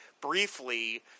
briefly